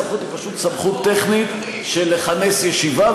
הסמכות היא פשוט סמכות טכנית של לכנס ישיבה,